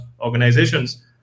organizations